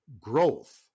growth